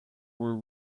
were